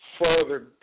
further